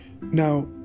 Now